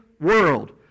world